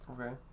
Okay